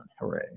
Hooray